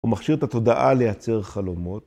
הוא מכשיר את התודעה לייצר חלומות.